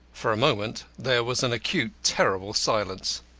for a moment there was an acute, terrible silence.